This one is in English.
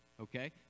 okay